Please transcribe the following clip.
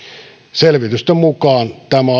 selvitysten mukaan tämä